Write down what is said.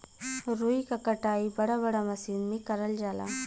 रुई क कटाई बड़ा बड़ा मसीन में करल जाला